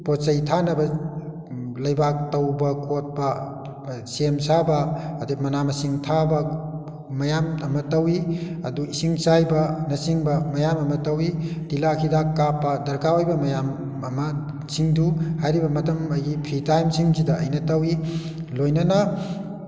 ꯄꯣꯠꯆꯩ ꯊꯥꯅꯕ ꯂꯩꯕꯥꯛ ꯇꯧꯕ ꯈꯣꯠꯄ ꯁꯦꯝ ꯁꯥꯕ ꯑꯗꯩ ꯃꯅꯥ ꯃꯁꯤꯡ ꯊꯥꯕ ꯃꯌꯥꯝ ꯑꯃ ꯇꯧꯋꯤ ꯑꯗꯨ ꯏꯁꯤꯡ ꯆꯥꯏꯕꯅꯆꯤꯡꯕ ꯃꯌꯥꯝ ꯑꯃ ꯇꯧꯋꯤ ꯇꯤꯜꯍꯥꯠ ꯍꯤꯗꯥꯛ ꯀꯥꯞꯄ ꯗꯔꯀꯥꯔ ꯑꯣꯏꯕ ꯃꯌꯥꯝ ꯑꯃꯁꯤꯡꯗꯨ ꯍꯥꯏꯔꯤꯕ ꯃꯇꯝ ꯑꯩꯒꯤ ꯐ꯭ꯔꯤ ꯇꯥꯏꯝꯁꯤꯡꯁꯤꯗ ꯑꯩꯅ ꯇꯧꯋꯤ ꯂꯣꯏꯅꯅ